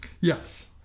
Yes